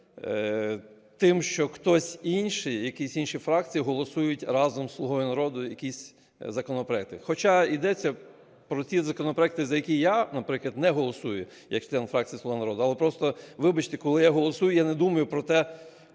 тим, що хтось інший, якісь інші фракції голосують разом з "Слугою народу" якісь законопроекти. Хоча ідеться про ті законопроекти, за які я, наприклад, не голосую як член фракції "Слуга народу". Але просто вибачте, коли я голосую, я не думаю про те,